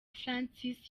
francis